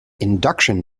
induction